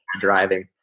driving